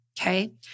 Okay